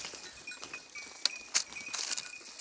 ಸಣ್ಣ ವ್ಯಾಪಾರ ಮಾಡ್ಲಿಕ್ಕೆ ಎಷ್ಟು ಹೆಚ್ಚಿಗಿ ಲೋನ್ ಕೊಡುತ್ತೇರಿ?